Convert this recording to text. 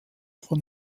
von